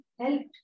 helped